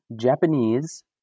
Japanese